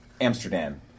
Amsterdam